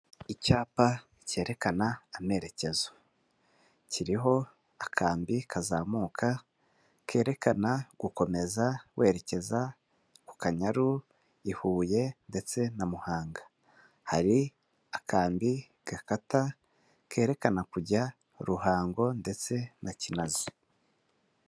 icyapa cyerekana amerekezo, kiriho akambi kazamuka kerekana gukomeza werekeza kukanyaru i huye ndetse na muhanga hari akambi gakata kerekana kujya ruhango ndetse na kinazi